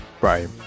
Right